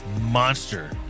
monster